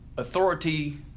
authority